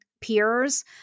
peers